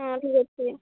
ହଁ ଠିକ୍ ଅଛି